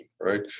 right